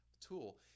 tool